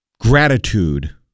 gratitude